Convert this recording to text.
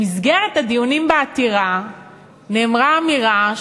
במסגרת הדיונים בעתירה נאמרה אמירה,